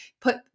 put